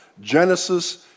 Genesis